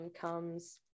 comes